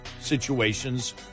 situations